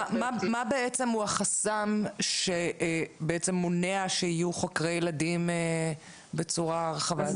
מה בעצם החסם שמונע שיהיו חוקרי ילדים בצורה הרחבה?